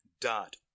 Dot